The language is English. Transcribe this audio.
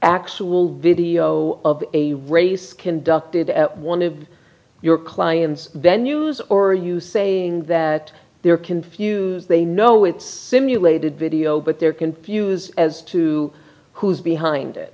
actual video of a race conducted at one of your clients then news or are you saying that they're confused they know it's simulated video but they're confused as to who is behind it